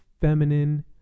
feminine